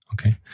Okay